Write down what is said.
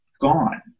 gone